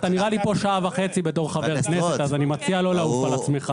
אתה נראה לי פה שעה וחצי בתור חבר כנסת ואני מציע לא לעוף על עצמך.